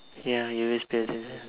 ya you always pay attention